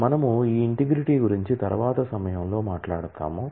మనము ఈ ఇంటిగ్రిటీ గురించి తరువాతి సమయంలో మాట్లాడుతాము